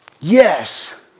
Yes